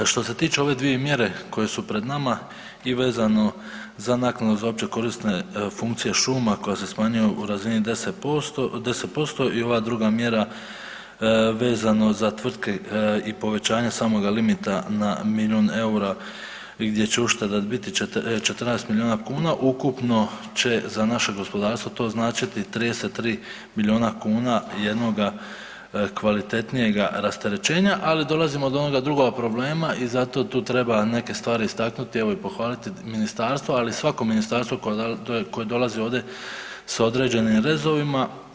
Što se tiče ove dvije mjere koje su pred nama i vezano za naknadu za općekorisne funkcije šume koja se smanjuje u razini 10%, 10% i ova druga mjera vezano za tvrtke i povećanja samoga limita na milijun EUR-a gdje će ušteda biti 14 miliona kuna ukupno će za naše gospodarstvo to značiti 33 miliona kuna jednoga kvalitetnijega rasterećenja, ali dolazimo do onoga drugoga problema i zato tu treba neke stvari istaknuti, evo i pohvaliti ministarstvo, ali i svako ministarstvo koje dolazi ovdje s određenim rezovima.